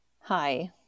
Hi